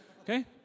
Okay